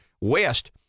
West